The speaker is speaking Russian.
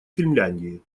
финляндии